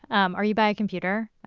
um are you by a computer?